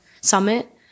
summit